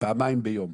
פעמיים ביום.